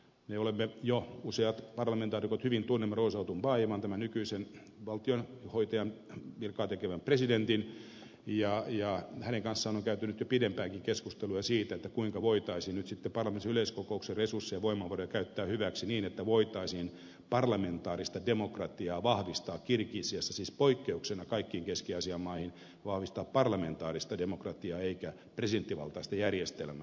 me useat parlamentaarikot hyvin tunnemme roza otunbajevan tämän nykyisen valtionhoitajan virkaa tekevän presidentin ja hänen kanssaan on käyty nyt jo pidempäänkin keskustelua siitä kuinka voitaisiin nyt sitten parlamentaarisen yleiskokouksen resurssien voimavaroja käyttää hyväksi niin että voitaisiin parlamentaarista demokratiaa vahvistaa kirgisiassa siis poikkeuksena kaikkiin keski aasian maihin vahvistaa parlamentaarista demokratiaa eikä presidenttivaltaista järjestelmää